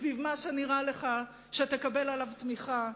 סביב מה שנראה לך שתקבל עליו תמיכה.